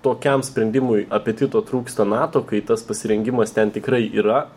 tokiam sprendimui apetito trūksta nato kai tas pasirengimas ten tikrai yra